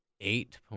eight